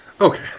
okay